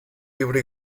libre